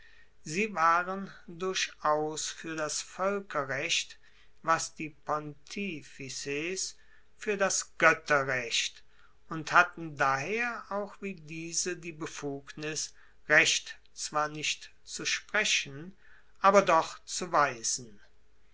sie waren durchaus fuer das voelkerrecht was die pontifices fuer das goetterrecht und hatten daher auch wie diese die befugnis recht zwar nicht zu sprechen aber doch zu weisen